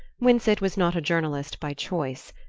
winsett was not a journalist by choice.